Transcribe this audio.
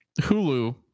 Hulu